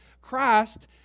Christ